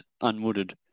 unwooded